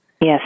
Yes